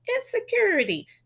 Insecurity